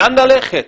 לאן ללכת?